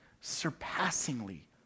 surpassingly